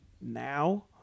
now